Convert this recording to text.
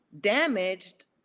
damaged